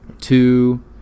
two